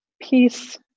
Peace